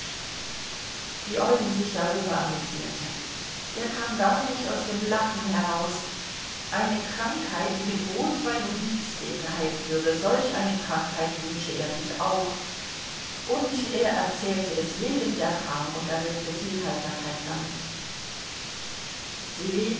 wie eugen sich darüber amüsierte er kam gar nicht aus dem lachen heraus eine krankheit die mit rotwein und beefsteak geheilt würde solch eine krankheit wünsche er sich auch und er erzählte es jedem der kam und erregte viel heiterkeit damit sie leben